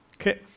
Okay